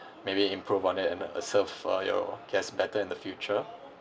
maybe improve on it and uh serve uh your guests better in the future